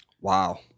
Wow